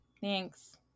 Thanks